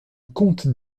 comte